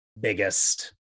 biggest